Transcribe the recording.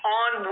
on